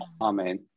Amen